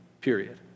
period